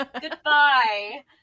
goodbye